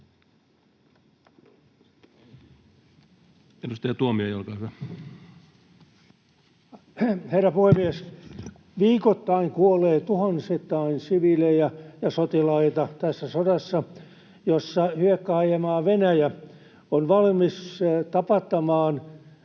Time: 13:18 Content: Herra puhemies! Viikoittain kuolee tuhansittain siviilejä ja sotilaita tässä sodassa, jossa hyökkääjämaa Venäjä on valmis tapattamaan